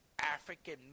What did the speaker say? African